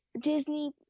Disney